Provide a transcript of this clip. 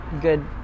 good